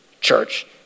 church